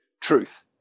Truth